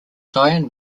cyan